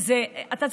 לצערי הרב,